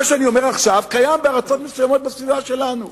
מה שאני אומר עכשיו קיים בארצות מסוימות בסביבה שלנו,